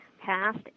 past